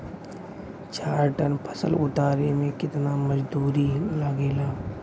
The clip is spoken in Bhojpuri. चार टन फसल उतारे में कितना मजदूरी लागेला?